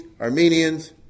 Armenians